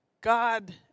God